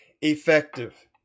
effective